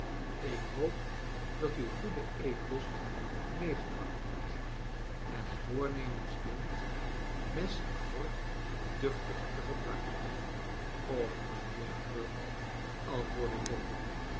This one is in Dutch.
ik hoop dat u goeden eetlust meege bracht hebt en voornemens bent mes en vork duchtig te gebruiken och mijnheer pugg antwoordde john